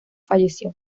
falleció